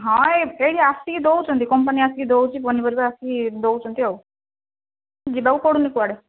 ହଁ ଆସିକି ଦେଉଛନ୍ତି କମ୍ପାନୀ ଆସିକି ଦେଉଛି ପନିପରିବା ଆସିକି ଦେଉଛନ୍ତି ଆଉ ଯିବାକୁ ପଡ଼ୁନି କୁଆଡ଼େ